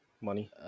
money